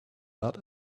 that